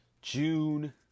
June